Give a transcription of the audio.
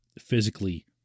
physically